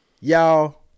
y'all